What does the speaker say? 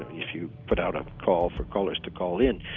if you put out a call for callers to call in,